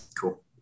Cool